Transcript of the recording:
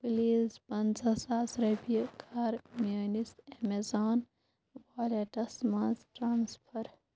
please پَنٛژاہ ساس رۄپیہِ کَر میٛٲنِس اَیمازان وایلٹس مَنٛز ٹرٛانٕسفر